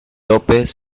lópez